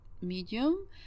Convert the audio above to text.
medium